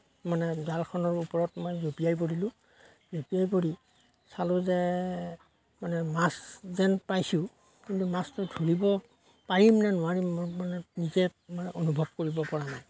মানে জালখনৰ ওপৰত মই জঁপিয়াই পৰিলোঁ জঁপিয়াই পৰি চালো যে মানে মাছ যেন পাইছোঁ কিন্তু মাছটো ধৰিব পাৰিমনে নোৱাৰিম মই মানে নিজে মানে অনুভৱ কৰিবপৰা নাই